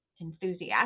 enthusiastic